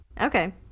Okay